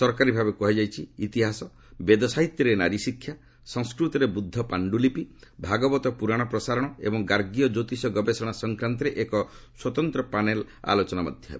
ସରକାରୀଭାବେ କୁହାଯାଇଛି ଇତିହାସ ବେଦ ସାହିତ୍ୟରେ ନାରୀଶିକ୍ଷା ସଂସ୍କୃତରେ ବୁଦ୍ଧ ପାଶ୍ଚୁଲିପି ଭାଗବତ ପୁରାଣ ପ୍ରସାରଣ ଏବଂ ଗାର୍ଗୀୟ ଜ୍ୟୋତିଷ ଗବେଷଣା ସଂକ୍ରାନ୍ତରେ ଏକ ସ୍ପତନ୍ତ୍ର ପ୍ୟାନେଲ ଆଲୋଚନା ମଧ୍ୟ ହେବ